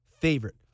favorite